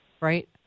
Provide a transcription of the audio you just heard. right